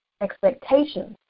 expectations